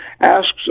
asks